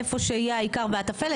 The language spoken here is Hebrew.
איפה שיהיה העיקר והתפל,